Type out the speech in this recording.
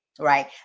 right